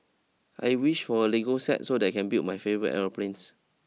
I wished for a Lego set so that I can build my favourite aeroplanes